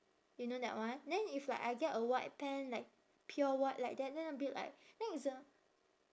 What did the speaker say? you know that one then if like I get a white pant like pure white like that then I'll be like then it's a